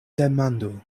demandu